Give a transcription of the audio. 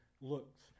looks